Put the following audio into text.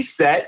set